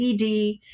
ED